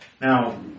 Now